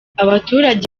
abaturage